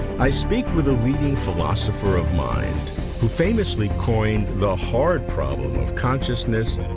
i speak with a leading philosopher of mind who famously coined the hard problem of consciousness,